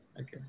Okay